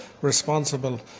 responsible